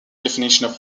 definitions